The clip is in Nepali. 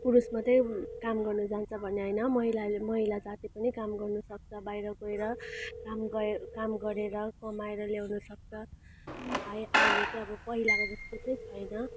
पुरुष मात्रै काम गर्नु जान्छ भन्ने होइन महिलाले महिला जाति पनि काम गर्नुसक्छ बाहिर गएर काम गए काम गरेर कमाएर ल्याउनुसक्छ आइ अहिले चाहिँ अब पहिलाको जस्तो चाहिँ छैन